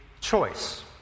choice